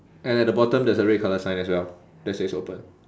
and at the bottom there's a red colour sign as well that says open